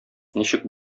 ничек